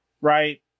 right